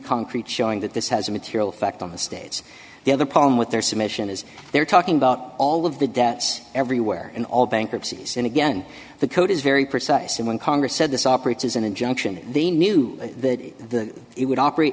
concrete showing that this has a material effect on the states the other problem with their summation is they're talking about all of the debts everywhere in all bankruptcies and again the code is very precise and when congress said this operates as an injunction they knew that the it would operate